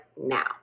now